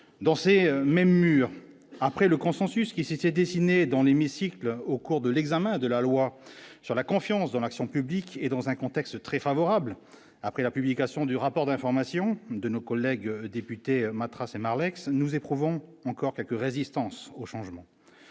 Dans ces mêmes murs après le consensus qui s'est dessiné dans l'hémicycle au cours de l'examen de la loi sur la confiance dans l'action publique et dans un contexte très favorable après la publication du rapport d'information de nos collègues députés Matra Marlex nous éprouvons encore quelques résistances au changement,